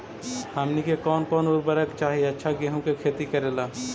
हमनी के कौन कौन उर्वरक चाही अच्छा गेंहू के खेती करेला?